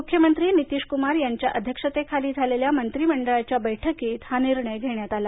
मुख्यमंत्री नितीशकुमार यांच्या अध्यक्षतेखाली झालेल्या मंत्रीमंडळाच्या बैठकीत हा निर्णय घेण्यात आला